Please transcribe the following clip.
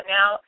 Now